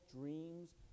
dreams